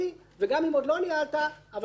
וגם אם עוד לא ניהלת אבל זה כן כפרי.